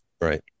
Right